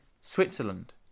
Switzerland